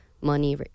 money